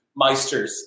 meisters